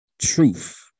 truth